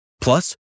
Plus